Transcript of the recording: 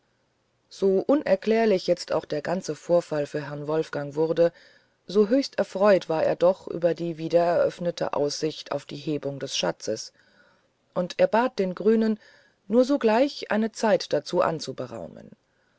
so unerklärlich jetzt auch der ganze vorfall für herrn wolfgang wurde so höchst erfreut war er doch über die wiedereröffnete aussicht auf die hebung des schatzes und er bat den grünen nur sogleich eine zeit dazu anzuberaumen